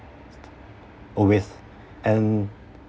always and